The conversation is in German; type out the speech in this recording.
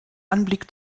anblick